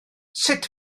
sut